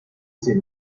seen